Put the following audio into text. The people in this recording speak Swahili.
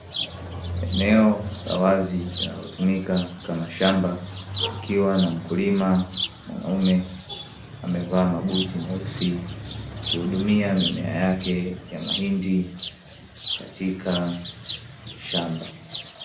Eneo la wazi linalotumika kama shamba likiwa na mkulima, mwanaume amevaa mabuti meusi akihudumia mimea yake ya mahindi katika shamba.